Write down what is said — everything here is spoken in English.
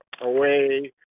away